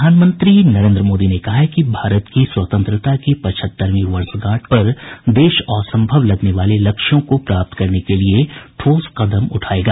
प्रधानमंत्री नरेन्द्र मोदी ने कहा है कि भारत की स्वतंत्रता की पचहत्तरवीं वर्षगांठ पर देश असंभव लगने वाले लक्ष्यों को प्राप्त करने के लिए ठोस कदम उठायेगा